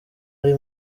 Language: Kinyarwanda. ari